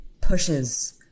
pushes